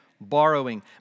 Borrowing